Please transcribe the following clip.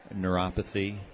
neuropathy